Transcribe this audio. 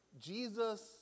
Jesus